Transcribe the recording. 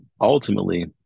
ultimately